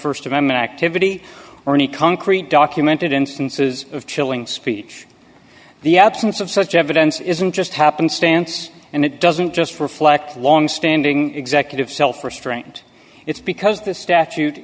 st amendment activity or any concrete documented instances of chilling speech the absence of such evidence isn't just happenstance and it doesn't just reflect longstanding executive self restraint it's because this statute